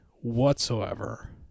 Whatsoever